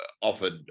offered